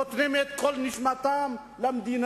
נותנים את כל נשמתם למדינה,